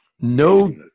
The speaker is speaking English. No